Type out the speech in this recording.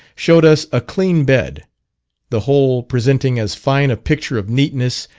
showed us a clean bed the whole presenting as fine a picture of neatness,